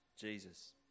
Jesus